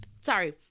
Sorry